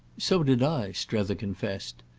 so did i! strether confessed.